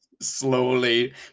slowly